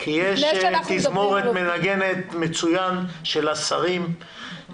לפני שאנחנו מדברים --- כי יש תזמורת שמנגנת מצוין של השרים.